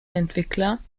entwickler